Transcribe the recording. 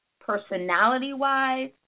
personality-wise